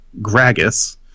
gragas